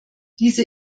diese